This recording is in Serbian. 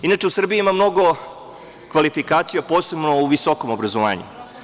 Inače, u Srbiji ima mnogo kvalifikacija posebno u visokom obrazovanju.